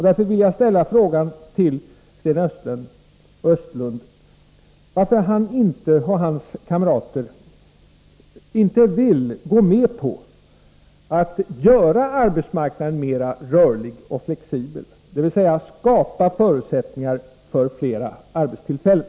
Därför vill jag ställa frågan till Sten Östlund: Varför vill inte han och hans kamrater gå med på att göra arbetsmarknaden mer rörlig och flexibel, dvs. skapa förutsättningar för fler arbetstillfällen?